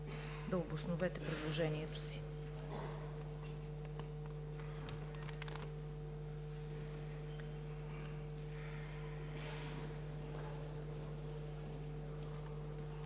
да обосновете предложението си.